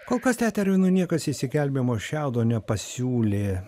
kol kas tetervinui niekas išsigelbėjimo šiaudo nepasiūlė